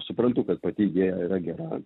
suprantu kad pati idėja yra gera